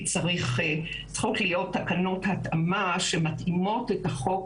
צריכות להיות תקנות התאמה שמתאימות את החוק